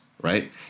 right